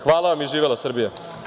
Hvala vam i živela Srbija.